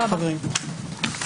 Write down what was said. הישיבה ננעלה בשעה 12:34.